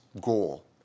goal